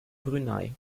brunei